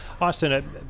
Austin